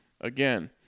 again